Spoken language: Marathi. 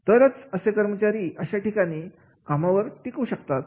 तरच असे कर्मचारी अशा ठिकाणी काम करून टिकू शकतात